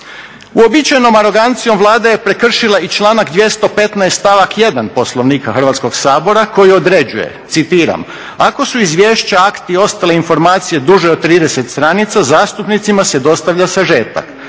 Uobičajenom arogancijom Vlada je prekršila i članak 215. stavak 1. Poslovnika Hrvatskog sabora koji određuje, citiram: "Ako su izvješća, akti i ostale informacije duže od 30 stranica zastupnicima se dostavlja sažetak.